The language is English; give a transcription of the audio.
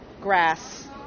Grass